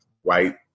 white